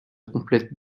complètent